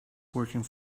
working